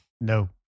No